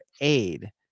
aid